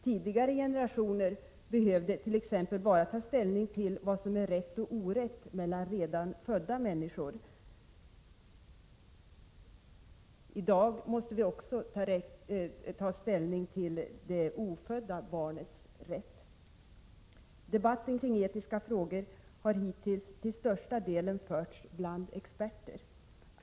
Tidigare generationer behövde t.ex. bara ta ställning till vad som är rätt och orätt när det gäller redan födda människor. I dag måste vi också ta ställning till det ofödda barnets rätt. Debatten kring etiska frågor har hittills till största delen förts bland ”experter”.